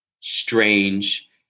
strange